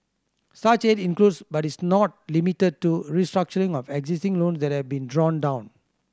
such aid includes but is not limited to restructuring of existing loans that have been drawn down